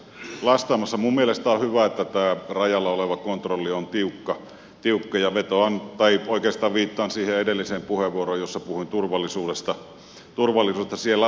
minun mielestäni on hyvä että tämä rajalla oleva kontrolli on tiukka ja viittaan siihen edelliseen puheenvuoroon jossa puhuin turvallisuudesta